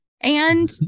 And-